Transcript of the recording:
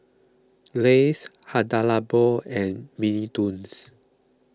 Lays Hada Labo and Mini Toons